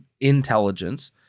intelligence